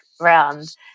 round